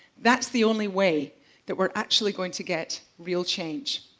that's the only way that we're actually going to get real change.